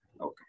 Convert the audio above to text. Okay